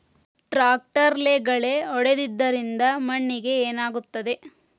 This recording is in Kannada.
ಟ್ರಾಕ್ಟರ್ಲೆ ಗಳೆ ಹೊಡೆದಿದ್ದರಿಂದ ಮಣ್ಣಿಗೆ ಏನಾಗುತ್ತದೆ?